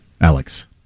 Alex